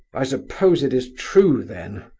i suppose it is true, then!